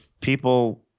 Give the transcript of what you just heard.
people